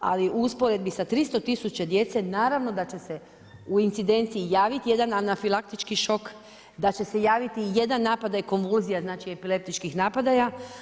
Ali u usporedbi sa 300 tisuća djece naravno da će se u incidenciji javiti jedan anafilaktički šok, da će se javiti jedan napadaj konvulzija, znači epileptičkih napadaja.